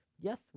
Yes